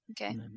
Okay